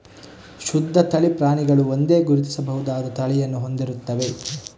ಶುದ್ಧ ತಳಿ ಪ್ರಾಣಿಗಳು ಒಂದೇ, ಗುರುತಿಸಬಹುದಾದ ತಳಿಯನ್ನು ಹೊಂದಿರುತ್ತವೆ